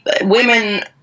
women